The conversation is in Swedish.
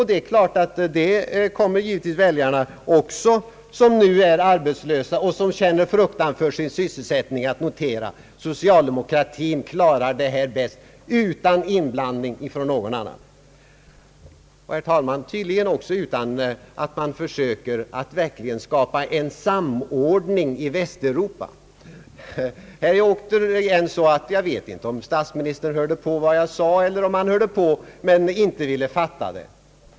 Det är klart att väljarna som nu är arbetslösa och som känner fruktan för sin sysselsättning givetvis också kommer att notera att socialde mokratin klarar detta bäst utan inblandning från någon annan och, herr talman, tydligen också utan att man försöker att verkligen skapa en samordning i Västeuropa. Det är återigen så att jag inte vet om statsministern hörde på vad jag sade eller om han inte ville fatta det.